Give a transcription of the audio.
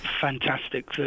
Fantastic